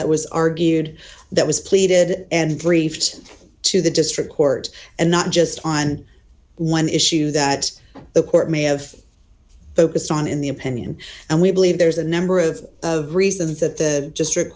that was argued that was pleaded and briefed to the district court and not just on one issue that the court may have focused on in the opinion and we believe there's a number of of reasons that the